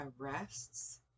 arrests